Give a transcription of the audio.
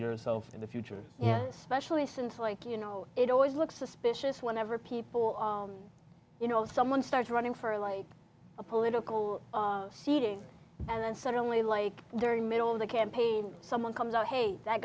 yourself in the future yeah especially since like you know it always looks suspicious whenever people you know if someone starts running for like a political seating and then suddenly like there in middle of the campaign someone comes out hey that